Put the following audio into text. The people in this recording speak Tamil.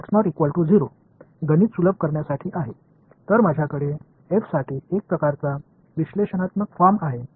இந்தத் தொடரின் எத்தனை வெளிப்பாடுகளை நான் வைத்திருக்கிறேன் என்பதைப் பொறுத்து இது ஒரு தோராயமாக இருக்கும்